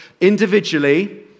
individually